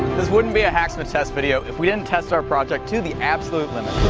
this wouldn't be a hacksmith test video if we didn't test our project to the absolute limit!